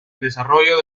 desarrollo